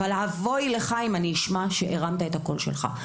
אבל אבוי לך אם אני אשמע שהרמת את הקול שלך.